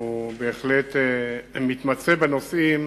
נדמה לי, והוא בהחלט מתמצא בנושאים,